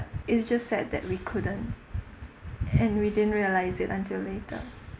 it's just sad that we couldn't and we didn't realize it until later